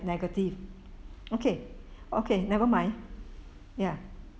negative okay okay never mind ya